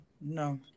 No